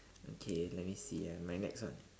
okay let me see ah my next one